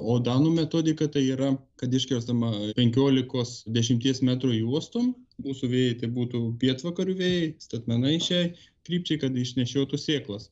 o danų metodiką tai yra kad iškertama penkiolikos dešimties metrų juostom mūsų vėjai tai būtų pietvakarių vėjai statmenai šiai krypčiai kad išnešiotų sėklas